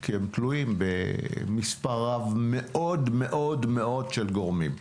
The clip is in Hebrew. כי הם תלויים במספר רב מאוד-מאוד-מאוד של גורמים.